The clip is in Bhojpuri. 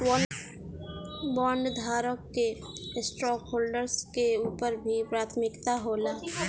बॉन्डधारक के स्टॉकहोल्डर्स के ऊपर भी प्राथमिकता होला